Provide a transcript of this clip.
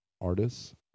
artists